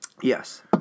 Yes